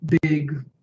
Big